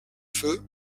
feu